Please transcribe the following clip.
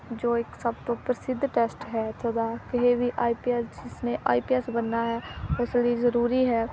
ਜੋ ਇੱਕ ਸਭ ਤੋਂ ਪ੍ਰਸਿੱਧ ਟੈਸਟ ਹੈ ਇੱਥੋਂ ਦਾ ਕਿਸੇ ਵੀ ਆਈ ਪੀ ਐਸ ਜਿਸ ਨੇ ਆਈ ਪੀ ਐਸ ਬਣਨਾ ਹੈ ਉਸ ਲਈ ਜ਼ਰੂਰੀ ਹੈ